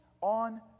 on